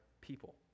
people